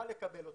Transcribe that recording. קל לקבל אותם.